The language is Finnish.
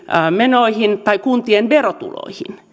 menoihin tai kuntien verotuloihin nähden